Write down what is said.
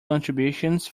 contributions